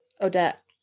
Odette